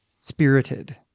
Spirited